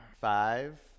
Five